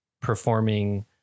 performing